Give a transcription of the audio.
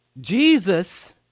Jesus